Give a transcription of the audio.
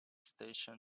station